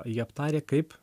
jie aptarę kaip